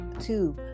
two